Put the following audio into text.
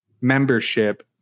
membership